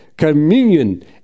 Communion